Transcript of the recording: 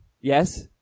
Yes